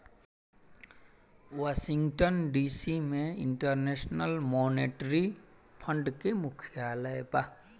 Washington DC में international monetary fund के मुख्यालय बा